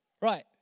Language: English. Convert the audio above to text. Right